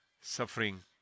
suffering